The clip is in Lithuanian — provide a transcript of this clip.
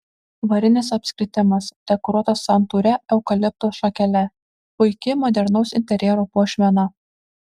varinis apskritimas dekoruotas santūria eukalipto šakele puiki modernaus interjero puošmena